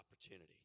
opportunity